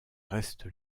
reste